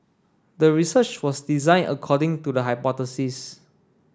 the research was designed according to the hypothesis